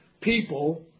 people